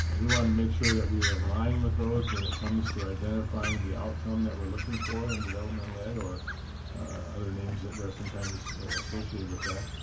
and we wanted to make sure that we were in line with those when it comes to identifying the outcome that we're looking for in developmental ed or other names that are sometimes associated with that.